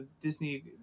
Disney